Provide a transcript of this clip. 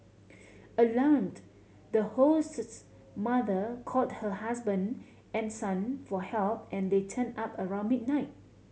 alarmed the host's mother called her husband and son for help and they turned up around midnight